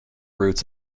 routes